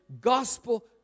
gospel